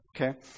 Okay